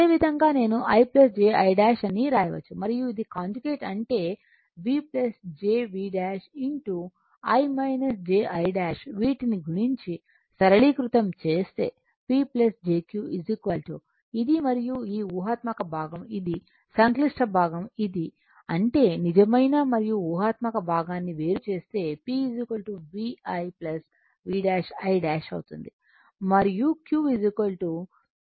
అదేవిధంగా నేను i jI 'అని వ్రాయవచ్చు మరియు ఇది కాంజుగేట్ అంటే V jV ' i jI' వీటిని గుణించి సరళీకృతం చేస్తే P jQ ఇది మరియు ఈ ఊహాత్మక భాగం ఇది సంక్లిష్ట భాగం ఇది అంటే నిజమైన మరియు ఊహాత్మక భాగాన్ని వేరు చేస్తే P VI V'I' అవుతుంది మరియు Q V'I VI' అవుతుంది